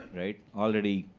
right? already,